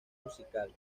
musical